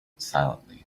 silently